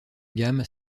gamme